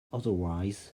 otherwise